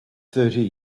thirty